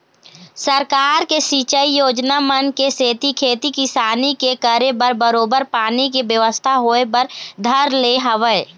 सरकार के सिंचई योजना मन के सेती खेती किसानी के करे बर बरोबर पानी के बेवस्था होय बर धर ले हवय